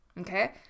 okay